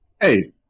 Hey